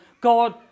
God